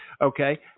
Okay